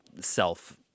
self